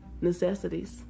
Necessities